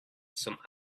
some